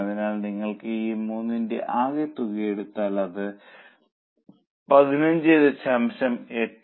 അതിനാൽ നിങ്ങൾ ഈ 3 ന്റെ ആകെത്തുക എടുത്താൽ അത് 15